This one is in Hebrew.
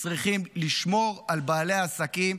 צריכים לשמור על בעלי העסקים.